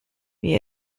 wie